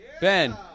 Ben